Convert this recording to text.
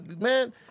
man